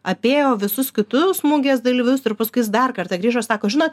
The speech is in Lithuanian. apėjo visus kitus mugės dalyvius ir paskui jis dar kartą grįžo sako žinot